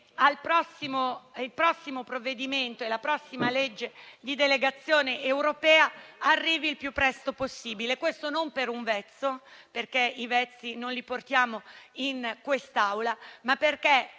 il prossimo provvedimento e la prossima legge di delegazione europea arrivi il più presto possibile: questo non per un vezzo, perché i vezzi non li portiamo in quest'Aula, ma perché